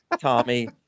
Tommy